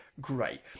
Great